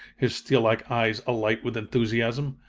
his steel-like eyes alight with enthusiasm.